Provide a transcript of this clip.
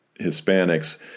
Hispanics